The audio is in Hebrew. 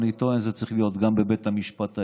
אני טוען שזה צריך להיות גם בבית המשפט העליון.